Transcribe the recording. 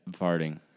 farting